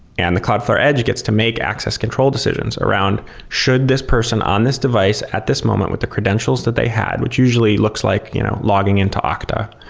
and the cloudflare edge gets to make access control decisions around should this person on this device at this moment with the credentials that they had, which usually looks like you know logging into octa,